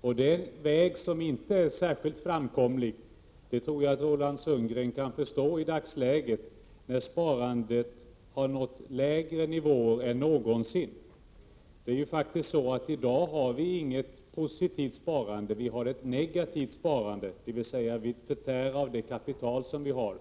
Och det är en väg som inte är särskilt framkomlig; det tror jag Roland Sundgren kan förstå i dagsläget, när sparandet har nått lägre nivåer än någonsin. Det är faktiskt så att vi i dag inte har något positivt sparande utan ett negativt, dvs. vi förtär av det kapital som vi har.